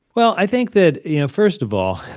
well, i think that you know, first of all,